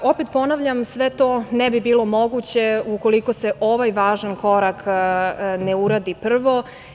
Opet ponavljam, sve to ne bi bilo moguće ukoliko se ovaj važan korak ne uradi prvo.